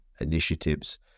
initiatives